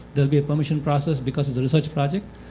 there will be a permission process because it's a research project.